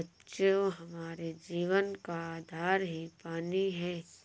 बच्चों हमारे जीवन का आधार ही पानी हैं